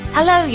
Hello